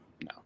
No